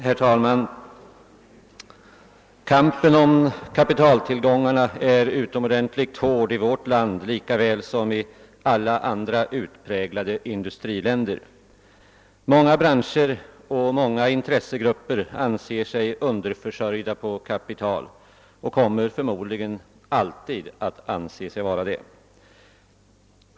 Herr talman! Kampen om kapitaltillgångarna är utomordentligt hård i vårt land lika väl som i alla andra utpräglade industriländer. Många branscher och många intressegrupper anser sig underförsörjda med kapital och kommer förmodligen alltid att anse sig vara det.